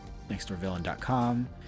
Nextdoorvillain.com